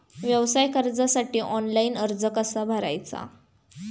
व्यवसाय कर्जासाठी ऑनलाइन अर्ज कसा भरायचा?